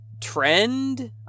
trend